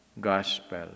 gospel